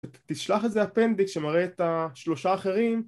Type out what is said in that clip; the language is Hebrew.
תשלח את זה אפנדיג שמראה את השלושה האחרים